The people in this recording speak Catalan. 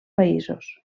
països